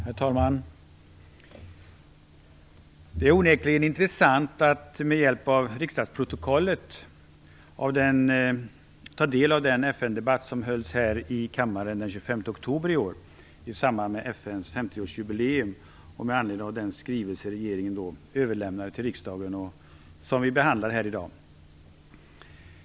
Herr talman! Det är onekligen intressant att med hjälp av riksdagsprotokollet ta del av den FN-debatt som hölls här i kammaren den 25 oktober i år i samband med FN:s 50-årsjubileum och med anledning av den skrivelse regeringen då överlämnade till riksdagen och som vi behandlar här i dag.